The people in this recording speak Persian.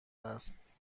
است